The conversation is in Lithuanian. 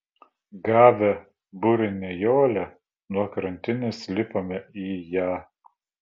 gavę burinę jolę nuo krantinės lipome į ją